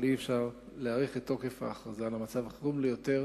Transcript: אבל אי-אפשר להאריך את תוקף ההכרזה על מצב החירום ליותר